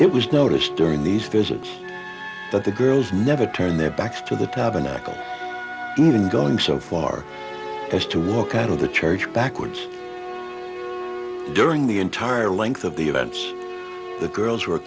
it was noticed during these visits that the girls never turn their backs to the tabernacle even going so far as to walk out of the church backwards during the entire length of the events the girls were